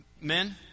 Men